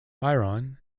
byron